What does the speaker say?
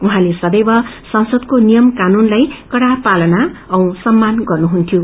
उहाँले सदैव संसदको नियम कानूनलाई कडा पालन औ सम्मान गर्नुहुन्थ्यो